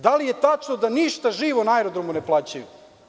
Da li je tačno da ništa živo na aerodromu ne plaćaju?